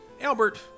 Albert